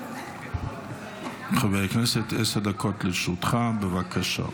חבר הכנסת, עשר דקות לרשותך, בבקשה.